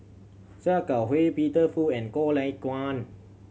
Sia Kah Hui Peter Fu and Goh Lay Kuan